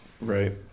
Right